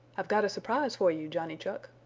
i've got a surprise for you, johnny chuck.